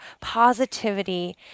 positivity